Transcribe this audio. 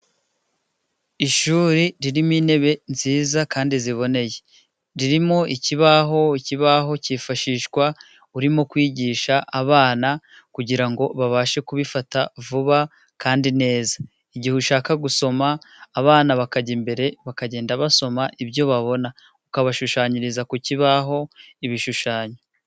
Ishuri ririmo intebe nziza kandi ziboneye, ririmo ikibaho, ikibaho cyifashishwa urimo kwigisha abana kugirango babashe kubifata vuba kandi neza. Igihe ushaka gusoma, abana bakajya imbere bakagenda basoma ibyo babona, ukabashushanyiriza ku kibaho ibishushanyo.